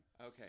Okay